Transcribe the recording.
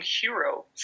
hero